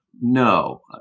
no